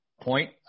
point